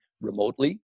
remotely